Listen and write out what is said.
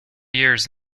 years